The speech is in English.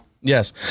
Yes